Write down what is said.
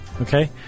Okay